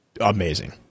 amazing